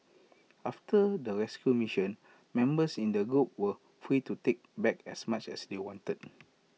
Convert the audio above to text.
after the rescue mission members in the group were free to take back as much as they wanted